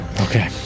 Okay